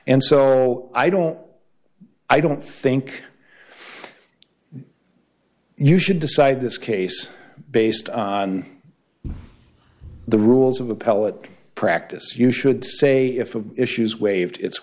and so i don't i don't think you should decide this case based on the rules of appellate practice you should say if issues waived it's